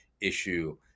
issue